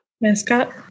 mascot